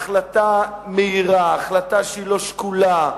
החלטה מהירה, החלטה לא שקולה,